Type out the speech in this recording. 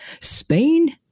Spain